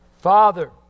Father